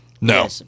No